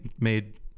made